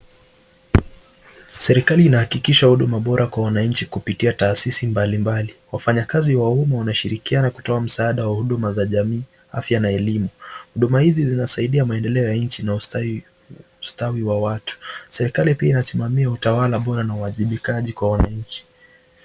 Serikali inahakikisha huduma bora kwa wananchi kupitia tasisi mbali mbali. Wafanyakazi wa uma wanashirikiana kutoa msaada wa huduma za jamii, afya na elimu. Huduma hizi inasadia maendeleo ya nchi na ustawi wa watu. Serikali pia inachangia kusimamia utawala na uhajibikaji wa nchi.